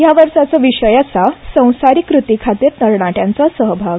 हया वर्साचो विशय आसा ड्र संसारीक क़तीखातीर तरणाट्यांचो सहभाग